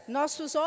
nossos